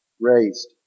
raised